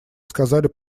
сказали